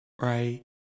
right